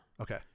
okay